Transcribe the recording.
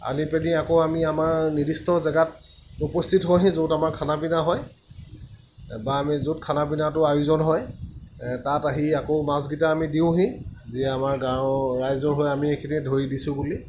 আনি পেনি আকৌ আমি আমাৰ নিৰ্দিষ্ট জেগাত উপস্থিত হওঁহি য'ত আমাৰ খানা পিনা হয় বা আমি য'ত খানা পিনাটো আয়োজন হয় তাত আহি আকৌ মাছকেইটা আমি দিওঁহি যে আমাৰ গাঁৱৰ ৰাইজৰ হৈ আমি এইখিনি ধৰি দিছোঁ বুলি